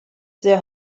their